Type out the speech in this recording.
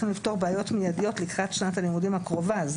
לפתור בעיות מידיות לקראת שנת הלימודים הקרובה,